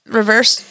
reverse